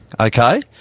okay